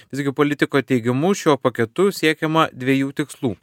visgi politiko teigimu šiuo paketu siekiama dviejų tikslų